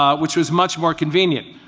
ah which was much more convenient.